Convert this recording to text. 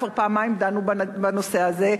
כבר פעמיים דנו בנושא הזה,